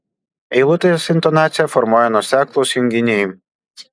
eilutės intonaciją formuoja nuoseklūs junginiai